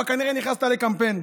אבל כנראה נכנסת לקמפיין.